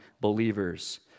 believers